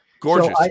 gorgeous